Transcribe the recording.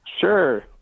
Sure